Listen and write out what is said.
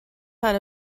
had